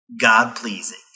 God-pleasing